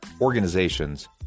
organizations